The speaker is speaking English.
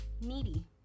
needy